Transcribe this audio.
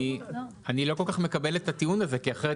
אני לא כל כך מקבל את הטיעון הזה כי אחרת